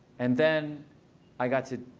and then i got to